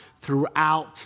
throughout